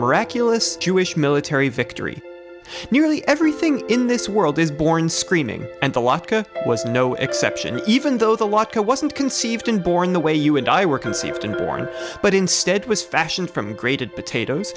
miraculous jewish military victory nearly everything in this world is born screaming and the laca was no exception even though the waka wasn't conceived and born the way you and i were conceived and born but instead was fashioned from grated potatoes